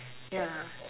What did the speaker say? ya